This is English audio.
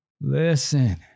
Listen